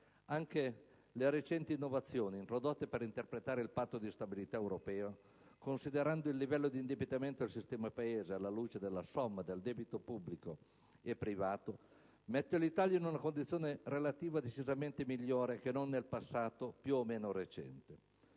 Anche le recenti innovazioni introdotte per interpretare il Patto di stabilità europeo, considerando il livello di indebitamento del sistema Paese alla luce della somma del debito pubblico e privato, mette l'Italia in una condizione relativa decisamente migliore che non nel passato più o meno recente.